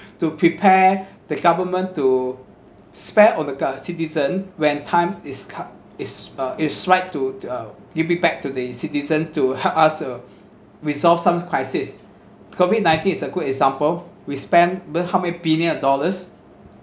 to prepare the government to spare on the uh citizen when time is cu~ is uh is like to uh giving back to the citizen to help us to resolve some crisis COVID nineteen is a good example we spend well how many billion of dollars